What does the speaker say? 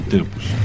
Tempos